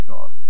God